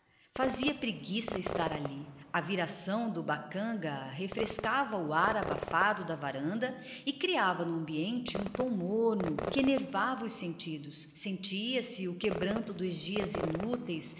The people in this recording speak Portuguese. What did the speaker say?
fazia preguiça estar ali a viração do bacanga refrescava o ar da varanda e dava ao ambiente um tom morno e aprazível havia a quietação dos dias inúteis